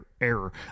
error